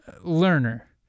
Learner